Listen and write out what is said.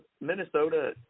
Minnesota